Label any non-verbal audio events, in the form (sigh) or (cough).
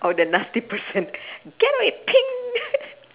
or the nasty person damm it ping (laughs)